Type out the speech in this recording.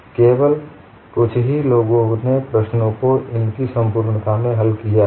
और केवल कुछ ही लोगों ने प्रश्नों को इसकी संपूर्णता में हल किया है